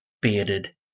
bearded